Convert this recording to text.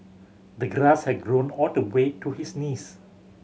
the grass had grown all the way to his knees